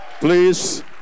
Please